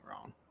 wrong